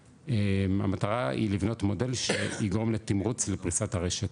המטרה היא לבנות מודל שיגרום לתמרוץ ופריסת הרשת.